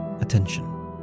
attention